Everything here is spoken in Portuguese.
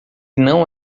não